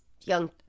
young